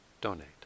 donate